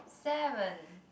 seven